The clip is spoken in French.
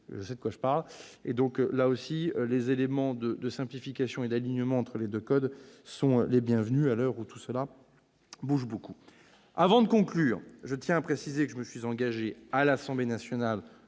je sais de quoi je parle. Là aussi, les éléments de simplification et d'alignement entre les deux codes sont les bienvenus. Avant de conclure, je tiens à préciser que je me suis engagé, à l'Assemblée nationale,